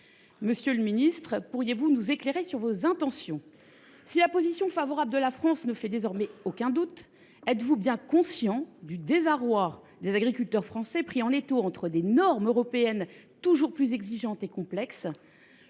Monsieur le ministre, pourriez vous nous éclairer sur vos intentions ? Si la position favorable de la France ne fait désormais aucun doute, êtes vous bien conscient du désarroi des agriculteurs français, pris en étau entre des normes européennes toujours plus exigeantes et complexes,